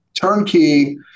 turnkey